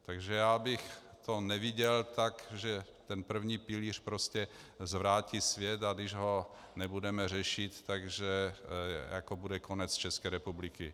Takže já bych to neviděl tak, že první pilíř prostě zvrátí svět, a když ho nebudeme řešit, že bude konec České republiky.